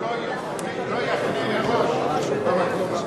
לא, הוא לא יחנה מראש במקום כזה.